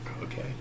Okay